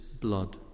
blood